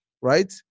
Right